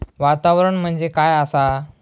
वातावरण म्हणजे काय आसा?